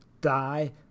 Die